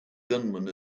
gunman